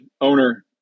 owner